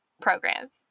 programs